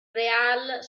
real